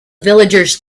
villagers